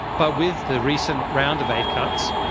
but with the recent round of aid cuts,